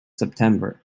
september